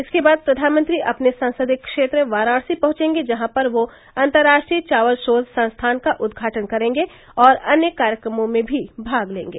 इसके बाद प्रधानमंत्री अपने संसदीय क्षेत्र वाराणसी पहुंचेंगे जहां पर वह अन्तर्राष्ट्रीय चावल शोध संस्थान का उद्घाटन करेंगे और अन्य कार्यक्रमों में भी भाग लेंगे